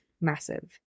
massive